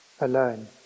alone